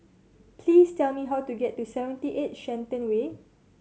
please tell me how to get to Seventy Eight Shenton Way